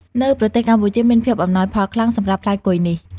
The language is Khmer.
នៅប្រទេសកម្ពុជាមានភាពអំណោយផលខ្លាំង សម្រាប់ផ្លែគុយនេះ។